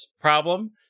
problem